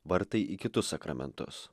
vartai į kitus sakramentus